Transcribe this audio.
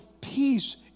peace